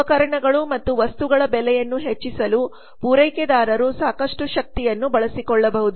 ಉಪಕರಣಗಳು ಮತ್ತು ವಸ್ತುಗಳ ಬೆಲೆಯನ್ನು ಹೆಚ್ಚಿಸಲು ಪೂರೈಕೆದಾರರು ಸಾಕಷ್ಟು ಶಕ್ತಿಯನ್ನು ಬಳಸಿಕೊಳ್ಳಬಹುದು